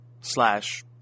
slash